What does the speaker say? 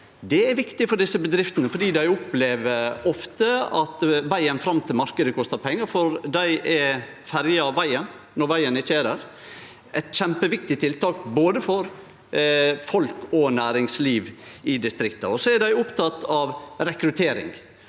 det er viktig for desse bedriftene, for dei opplever ofte at vegen fram til marknaden kostar pengar. For dei er ferja vegen når vegen ikkje er der. Det er eit kjempeviktig tiltak for både folk og næringsliv i distrikta. Dei er òg opptekne av rekruttering,